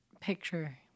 picture